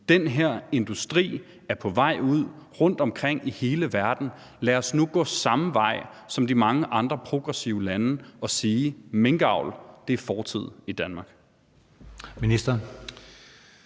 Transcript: Den her industri er på vej ud rundtomkring i hele verden, lad os nu gå samme vej som de mange andre progressive lande og sige, at minkavl er fortid i Danmark?